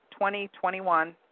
2021